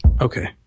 Okay